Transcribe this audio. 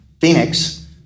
Phoenix